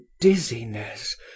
dizziness